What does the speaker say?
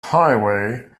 highway